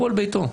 ביתו.